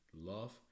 love